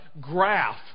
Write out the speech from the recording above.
graph